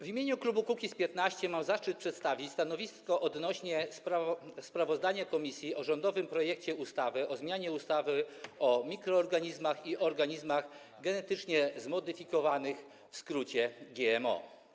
W imieniu klubu Kukiz’15 mam zaszczyt przedstawić stanowisko odnośnie do sprawozdania komisji o rządowym projekcie ustawy o zmianie ustawy o mikroorganizmach i organizmach genetycznie zmodyfikowanych, w skrócie GMO.